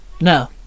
No